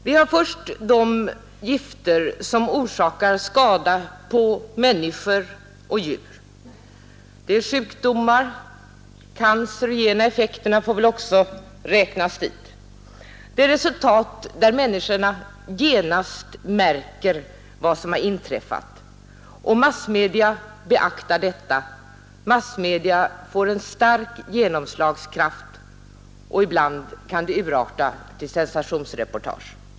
Vi har först de gifter som orsakar skada hos människor och djur, sjukdomar — och de cancerogena effekterna får väl även räknas dit. När det blir sådana resultat märker människorna genast vad som har inträffat, och massmedia beaktar det. Massmedia får en stark genomslagskraft, och ibland kan det urarta till sensationsreportage.